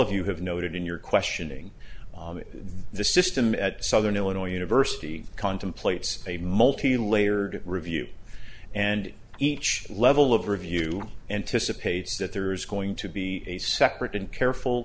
of you have noted in your questioning the system at southern illinois university contemplates a multi layered review and each level of review anticipates that there is going to be a separate and careful